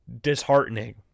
disheartening